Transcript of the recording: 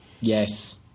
Yes